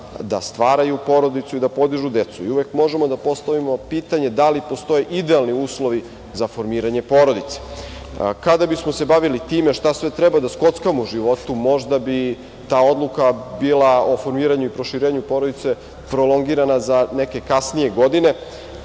da stvaraju porodicu i da podižu decu. Uvek možemo da postavimo pitanje da li postoje idealni uslovi za formiranje porodice. Kada bismo se bavili time šta sve treba da skockamo u životu, možda bi ta odluka o formiranju i proširenju porodice bila prolongirana za neke kasnije godine.